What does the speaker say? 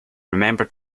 remember